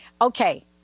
Okay